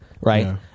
right